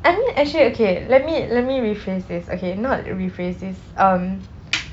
and then actually okay let me let me rephrase this okay not rephrase this um